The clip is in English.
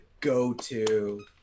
go-to